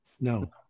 No